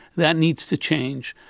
that needs to change.